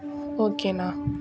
ஓகேண்ணா